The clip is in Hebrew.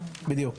בדיוק.